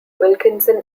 wilkinson